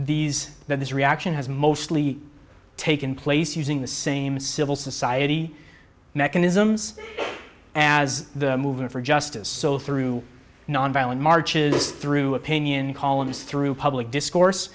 these that this reaction has mostly taken place using the same civil society mechanisms as the movement for justice so through nonviolent marches through opinion columns through public discourse